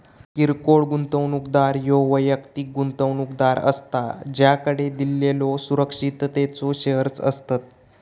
किरकोळ गुंतवणूकदार ह्यो वैयक्तिक गुंतवणूकदार असता ज्याकडे दिलेल्यो सुरक्षिततेचो शेअर्स असतत